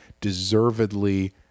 deservedly